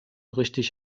richtig